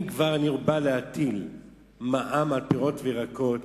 אם כבר אני בא להטיל מע"מ על פירות וירקות,